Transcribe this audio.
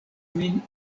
min